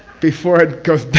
before it goes